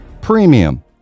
Premium